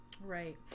Right